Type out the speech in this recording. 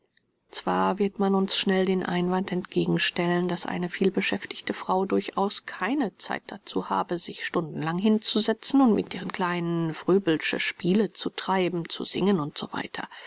zwar wird man uns schnell den einwand entgegenstellen daß eine vielbeschäftigte frau durchaus keine zeit dazu habe sich stundenlang hinzusetzen und mit ihren kleinen fröbel'sche spiele zu treiben zu singen u s